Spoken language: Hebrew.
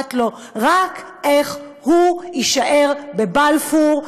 אכפת לו רק איך הוא יישאר בבלפור,